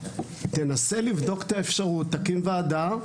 תנסה לבדוק את האפשרות, תקים וועדה.